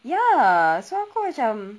ya so aku macam